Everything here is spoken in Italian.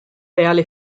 reale